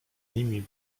nimi